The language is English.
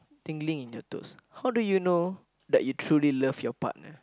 tingling in your toes how do you know that you truly love your partner